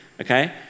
okay